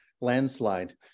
landslide